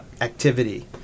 activity